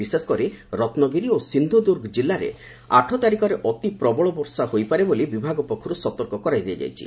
ବିଶେଷ କରି ରତ୍ନଗିରି ଓ ସିନ୍ଧୁ ଦୁର୍ଗ ଜିଲ୍ଲାରେ ଆଠ ତାରିଖରେ ଅତି ପ୍ରବଳ ବର୍ଷା ହୋଇପାରେ ବୋଲି ବିଭାଗ ପକ୍ଷରୁ ସତର୍କ କରାଇ ଦିଆଯାଇଛି